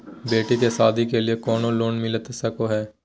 बेटी के सादी के लिए कोनो लोन मिलता सको है?